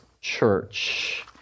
church